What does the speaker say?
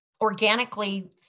organically